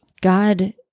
God